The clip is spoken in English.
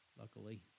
Luckily